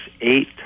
eight